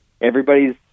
everybody's